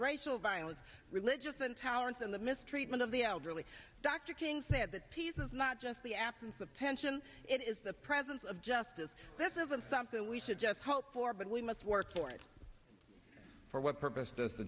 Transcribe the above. racial violence religious intolerance and the mistreatment of the elderly dr king said that peace is not just the absence of tension it is the presence of justice this isn't something we should just hope for but we must work toward it for what purpose does the